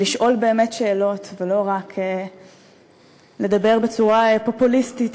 ולשאול באמת שאלות ולא רק לדבר בצורה פופוליסטית